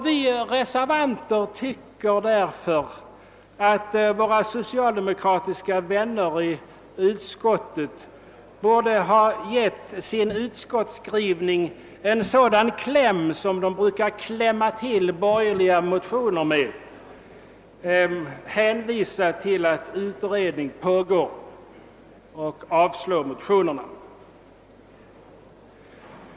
Vi reservanter tycker därför, att våra socialdemokratiska vänner i utskottet borde ha gett sin utskottsskrivning en sådan kläm som de brukar klämma till borgerliga motioner med, nämligen avstyrka motionerna med hänvisning till att utredning pågår.